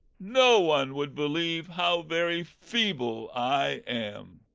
no one would believe how very feeble i am.